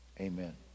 Amen